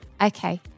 Okay